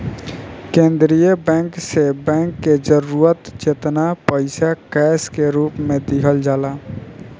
केंद्रीय बैंक से बैंक के जरूरत जेतना पईसा कैश के रूप में दिहल जाला